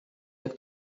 jak